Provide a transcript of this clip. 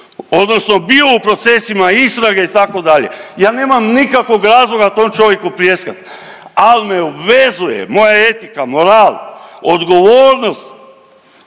odnosno bio u procesima istrage itd.. Ja nemam nikakvog razloga tom čovjeku pljeskat, al me obvezuje moja etika, moral, odgovornost